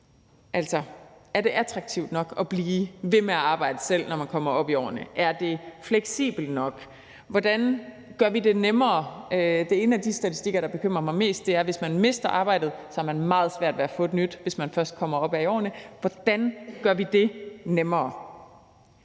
Er det attraktivt nok at blive ved med at arbejde, selv når man kommer op i årene? Er det fleksibelt nok? Hvordan gør vi det nemmere? En af de statistikker, der bekymrer mig mest, er den, der viser, at hvis man mister arbejdet, har man meget svært ved at få et nyt, hvis man først er kommet op i årene. Så hvordan gør vi det nemmere?